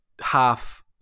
half